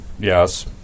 Yes